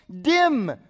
dim